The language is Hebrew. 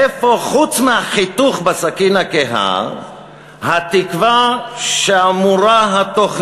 איפה חוץ מהחיתוך בסכין הקהה התקווה שהתוכנית